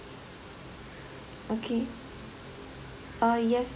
okay uh yes